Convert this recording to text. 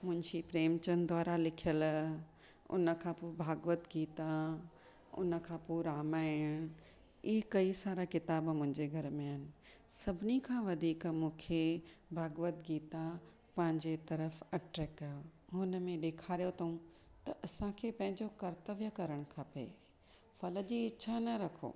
मुंशी प्रेमचंद द्वारा लिखियलु उन खां पोइ भागवत गीता उन खां पोइ रामायण ही कई सारा किताब मुंहिंजे घर में आहिनि सभिनी खां वधीक मूंखे भागवत गीता पंहिंजे तरफ अट्रैक्ट कयो हुन में ॾेखारियो अथऊं त असां खे पंहिंजो कर्तव्य करणु खपे फल जी इच्छा न रखो